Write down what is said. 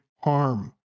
harm